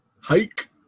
Hike